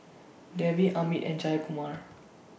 Devi Amit and Jayakumar